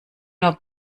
nur